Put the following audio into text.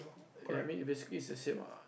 I mean basically it's the same lah